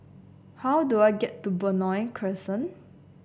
how do I get to Benoi Crescent